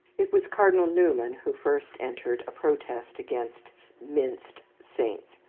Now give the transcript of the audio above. it was cardinal newman who first entered a protest against minced saints,